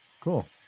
Cool